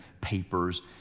papers